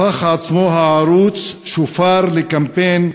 הפך עצמו הערוץ שופר לקמפיין,